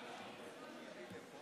אני מבקשת קצת